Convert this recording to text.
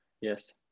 yes